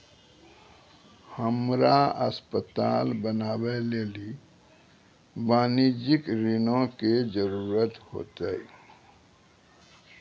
हमरा अस्पताल बनाबै लेली वाणिज्यिक ऋणो के जरूरत होतै